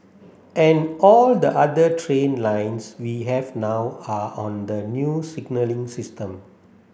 and all the other train lines we have now are on the new signalling system